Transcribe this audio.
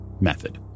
method